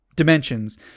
dimensions